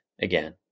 again